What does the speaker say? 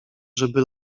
żeby